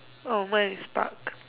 oh mine is park